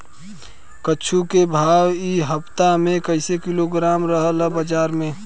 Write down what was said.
कद्दू के भाव इ हफ्ता मे कइसे किलोग्राम रहल ह बाज़ार मे?